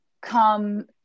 come